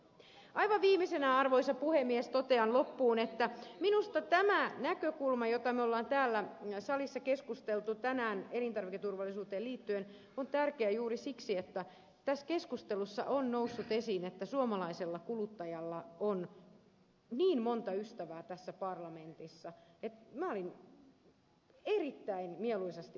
aivan viimeisenä arvoisa puhemies totean loppuun että minusta tämä näkökulma josta on täällä salissa keskusteltu tänään elintarviketurvallisuuteen liittyen on tärkeä juuri siksi että tässä keskustelussa on noussut esiin että suomalaisella kuluttajalla on niin monta ystävää tässä parlamentissa että minä olin erittäin mieluisasti yllättynyt